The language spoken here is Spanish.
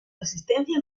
resistencia